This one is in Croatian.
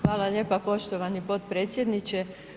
Hvala lijepa poštovani podpredsjedniče.